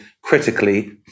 critically